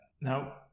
Now